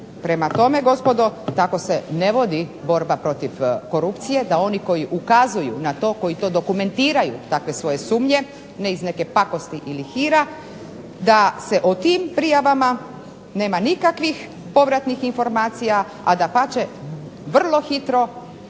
Prema tome gospodo tako se ne vodi borba protiv korupcije, da oni koji ukazuju na to, koji to dokumentiraju takve svoje sumnje ne iz neke pakosti ili hira, da se o tim prijavama nema nikakvih povratnih informacija, a dapače vrlo hitro